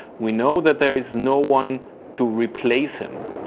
we know that there is no one to replace him,